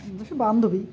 সে বান্ধবী